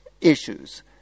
issues